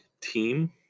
team